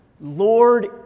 Lord